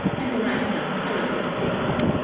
and the wrights are terrible fickle.